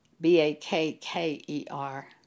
B-A-K-K-E-R